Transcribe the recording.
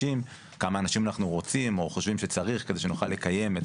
כמה אנשים אנחנו רוצים או חושבים שצריך כדי שנוכל לקיים את